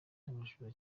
n’abajura